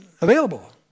available